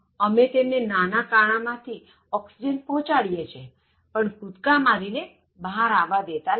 અમે તેમને નાના કાણાં માં થી ઓક્સિજન પહોંચાડીએ છીએ પણ કૂદકા મારીને બહાર આવવા દેતા નથી